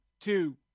two